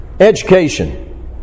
education